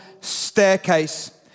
staircase